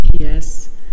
Yes